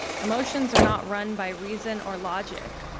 emotions are not run by reason or logic.